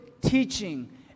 teaching